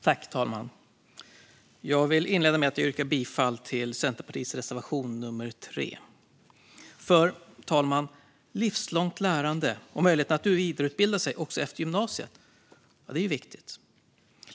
Herr talman! Jag vill inleda med att yrka bifall till Centerpartiets reservation nr 3, för, herr talman, livslångt lärande och möjligheten att vidareutbilda sig också efter gymnasiet är viktigt.